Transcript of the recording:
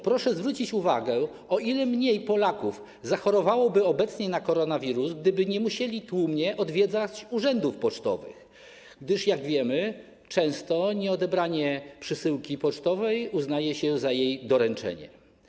Proszę zwrócić uwagę, o ile mniej Polaków zachorowałoby obecnie na koronawirus, gdyby nie musieli oni tłumnie odwiedzać urzędów pocztowych, gdyż jak wiemy, często nieodebranie przesyłki pocztowej uznaje się za jej doręczenie.